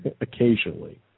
Occasionally